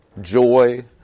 joy